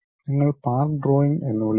നിങ്ങൾ part drawing എന്ന് വിളിക്കുന്നു